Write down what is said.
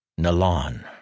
Nalan